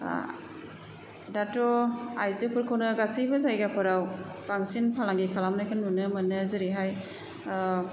दाथ' आइजोफोरखौनो गासैबो जायगाफोराव बांसिन फालांगि खालामनायखौ नुनो मोनो जेरैहाय